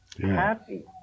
Happy